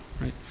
right